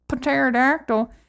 pterodactyl